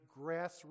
grassroots